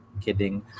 Kidding